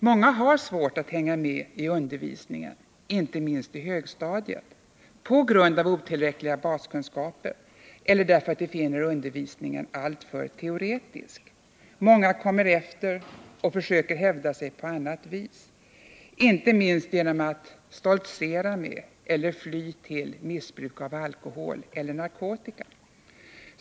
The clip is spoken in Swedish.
Många har svårt att hänga med i undervisningen, inte minst på högstadiet, på grund av otillräckliga baskunskaper eller därför att de finner den alltför teoretisk. Många kommer efter och försöker hävda sig på annat vis, inte minst genom att stoltsera med eller fly till missbruk av alkohol eller narkotika.